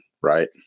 right